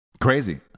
crazy